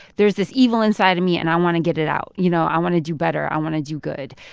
there's this evil inside of me and i want to get it out. you know, i want to do better. i want to do good.